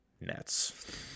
Nets